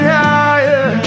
higher